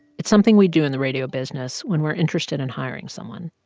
it's something we do in the radio business when we're interested in hiring someone.